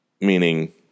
meaning